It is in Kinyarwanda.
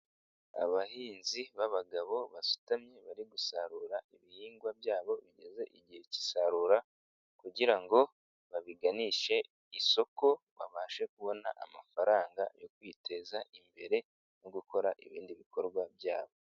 Abahinzi b'abagabo basutamye bari gusarura ibihingwa byabo bigeze igihe cy'isarura kugira ngo babiganishe isoko, babashe kubona amafaranga yo kwiteza imbere no gukora ibindi bikorwa byabo.